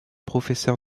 professeur